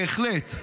בהחלט.